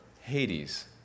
Hades